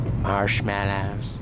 Marshmallows